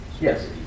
Yes